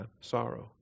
sorrow